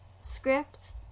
script